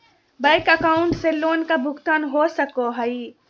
Bank account से loan का भुगतान हो सको हई?